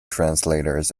translators